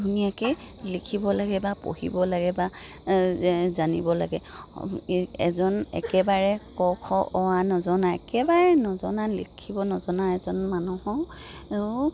ধুনীয়াকৈ লিখিব লাগে বা পঢ়িব লাগে বা জানিব লাগে এজন একেবাৰে ক খ অ আ নজনা একেবাৰে নজনা লিখিব নজনা এজন মানুহেও